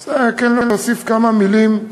אני רוצה להגיד כמה מילים אישיות.